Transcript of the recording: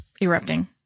erupting